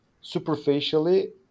superficially